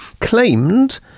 claimed